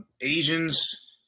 asians